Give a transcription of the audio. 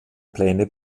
pläne